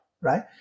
right